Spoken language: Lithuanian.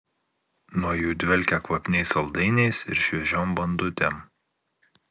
nuo jų dvelkė kvapniais saldainiais ir šviežiom bandutėm